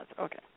Okay